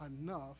enough